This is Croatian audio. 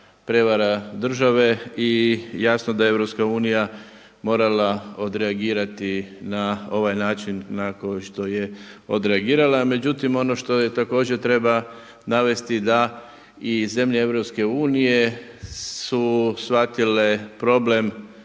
prevara države. I jasno da je Europska unija morala odreagirati na ovaj način na koji što je odreagirala. Međutim ono što također treba navesti da i zemlje Europske unije su shvatile problem